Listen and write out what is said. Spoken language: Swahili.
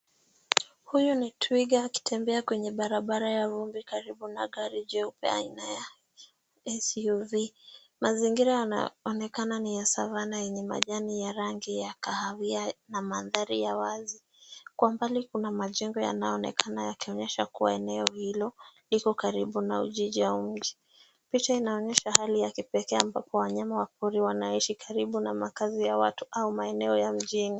Huyu ni twiga akitembea kwenye barabara ya vumbi karibu na gari jeupe aina ya SUV{cs}. Mazingira yanaonekana ni ya Savana yenye majani ya rangi ya kahawia na mandhari ya wazi. Kwa umbali kuna majengo yanayoonekana yakionyesha kuwa eneo hilo, liko karibu na jiji au mji. Picha inaonyesha hali ya kipekee ambapo wanyama wa pori wanaishi karibu na makazi ya watu au maeneo ya mjini.